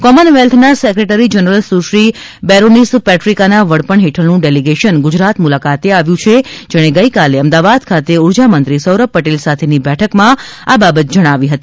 કોમનવેલ્થના secretary general Sushri baroness પેટ્રિકાના વડપણ હેઠળનું ડેલિગેશન ગુજરાત મુલાકાતે આવ્યું છે જેણે ગઇકાલે અમદાવાદ ખાતે ઉર્જામંત્રી સૌરભ પટેલ સાથેની બેઠક માં આ બાબત જણાવી હતી